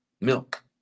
milk